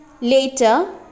Later